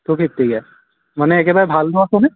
two ফিফটিকে মানে একেবাৰে ভালটো আছেনে